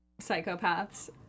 psychopaths